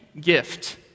gift